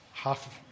Half